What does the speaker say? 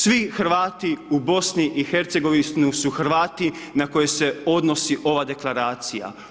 Svi Hrvati u BIH su Hrvati na koje se odnosi ova Deklaracija.